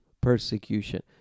persecution